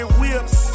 whips